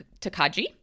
Takagi